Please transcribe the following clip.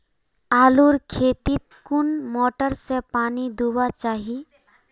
आलूर खेतीत कुन मोटर से पानी दुबा चही?